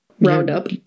Roundup